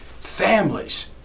families